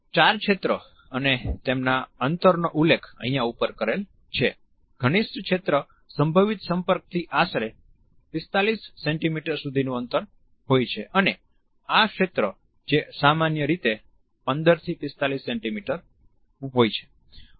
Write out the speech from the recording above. ચાર ક્ષેત્ર અને તેમના અંતરનો ઉલ્લેખ અહિયાં ઉપર કરેલ છે ઘનિષ્ઠ ક્ષેત્ર સંભવિત સંપર્કથી આશરે 45 સેન્ટિમીટર સુધીનુ અંતર હોય છે અને આ ક્ષેત્ર જે સામાન્ય રીતે 15 થી 45 સેન્ટિમીટર હોય છે